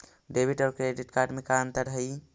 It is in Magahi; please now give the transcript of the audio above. डेबिट और क्रेडिट कार्ड में का अंतर हइ?